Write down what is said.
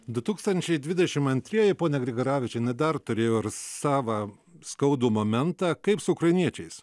du tūkstančiai dvidešim antrieji ponia grigaravičiene dar turėjo ir savą skaudų momentą kaip su ukrainiečiais